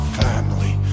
family